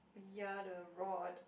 ya the rod